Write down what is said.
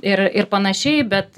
ir ir panašiai bet